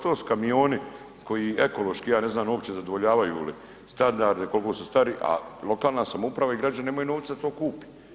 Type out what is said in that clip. To su kamioni koji ekološki, ja ne znam uopće zadovoljavaju li standarde, koliko su staru, a lokalna samouprava i građani nemaju novca da to kupi.